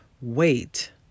Wait